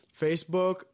Facebook